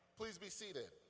please be seated.